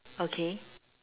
okay